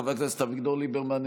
חבר הכנסת אביגדור ליברמן,